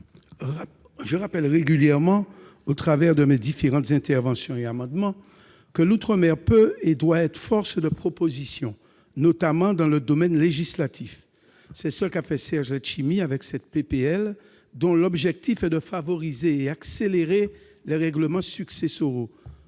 je rappelle régulièrement, au travers de mes différentes interventions, que l'outre-mer peut et doit être force de proposition, notamment dans le domaine législatif. C'est ce qu'a fait Serge Letchimy avec cette proposition de loi, dont l'objectif est de favoriser et accélérer les règlements successoraux,